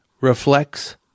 reflects